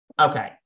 Okay